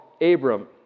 Abram